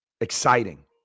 exciting